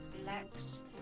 relax